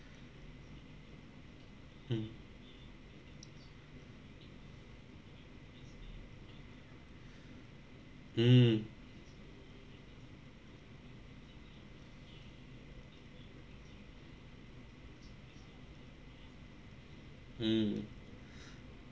mm mm mm